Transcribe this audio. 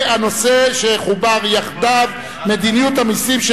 והנושא שחוּבר יחדיו: מדיניות המסים של